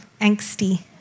angsty